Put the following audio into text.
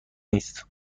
نیست